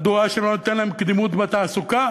מדוע שלא ניתן להם קדימות בתעסוקה?